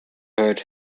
heard